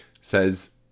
says